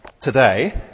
today